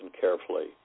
carefully